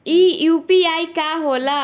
ई यू.पी.आई का होला?